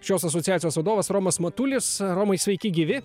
šios asociacijos vadovas romas matulis romai sveiki gyvi